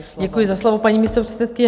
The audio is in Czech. Děkuji za slovo, paní místopředsedkyně.